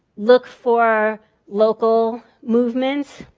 look for local movements.